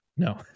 No